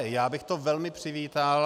Já bych to velmi přivítal.